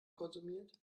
konsumiert